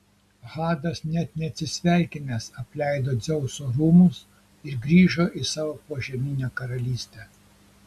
hadas net neatsisveikinęs apleido dzeuso rūmus ir grįžo į savo požeminę karalystę